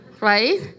Right